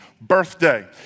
birthday